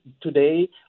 today